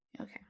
okay